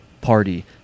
party